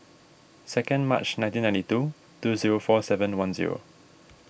second March nineteen ninety two two zero four seven one zero